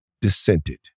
dissented